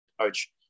coach